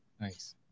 nice